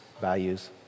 values